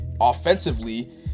Offensively